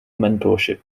mentorship